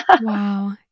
Wow